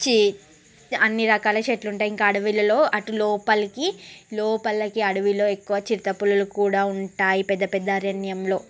చి అన్ని రకాల చెట్లు ఉంటాయి ఇంకా అడవులలో అటు లోపలికి లోపలకి అడవిలో ఎక్కువ చిరుతపులులు కూడా ఉంటాయి పెద్దపెద్ద అరణ్యంలో